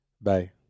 Bye